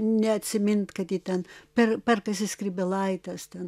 neatsimint kad ji ten per perkasi skrybėlaites ten